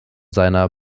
seiner